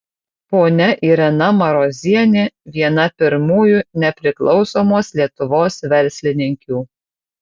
ponia irena marozienė viena pirmųjų nepriklausomos lietuvos verslininkių